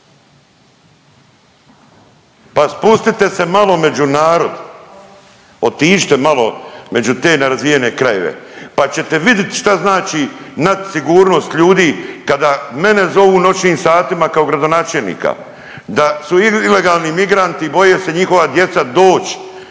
Pa spustite se malo među narod, otiđite malo među te nerazvijene krajeve pa ćete vidjeti šta znači nad sigurnost ljudi kada mene zovu u noćnim satima kao gradonačelnika da su ilegalni migranti, boje se njihova djeca doći